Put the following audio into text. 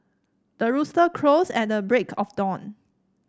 the rooster crows at the break of dawn